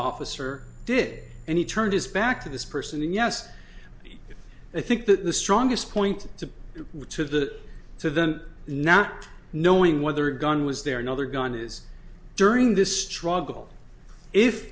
officer did and he turned his back to this person and yes i think that the strongest point to which of the to the not knowing whether a gun was there another gun is during this struggle i